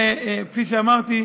וכפי שאמרתי,